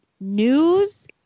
news